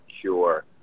cure